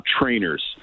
trainers